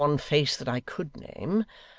in one face that i could name,